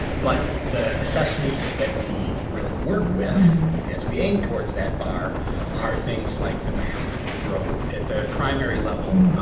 but the assessments that we really work with as we aim towards that bar are things like the map and growth. at the primary level,